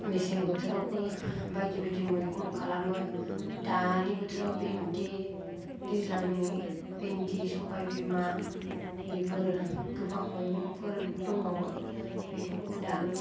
मेसें बोथोरावबो बायदि बायदि मैगं खालामो दानि बोथोराव भेन्डि दैज्लांनि भेन्डि सबाय बिमा बेफोर गोबां मैगंफोर दंबावो बेफोरखौ दा